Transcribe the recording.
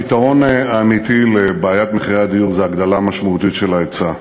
הפתרון האמיתי לבעיית מחירי הדיור זה הגדלה משמעותית של ההיצע.